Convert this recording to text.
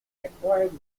acquired